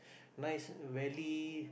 nice valley